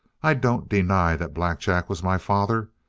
i don't deny that black jack was my father.